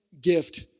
gift